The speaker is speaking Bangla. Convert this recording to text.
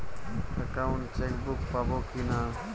একাউন্ট চেকবুক পাবো কি না?